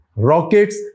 rockets